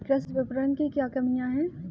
कृषि विपणन की क्या कमियाँ हैं?